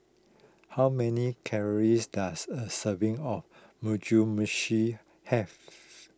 how many calories does a serving of Muju Meshi has